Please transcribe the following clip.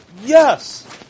yes